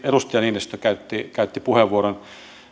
edustaja niinistö käytti käytti puheenvuoron